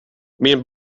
min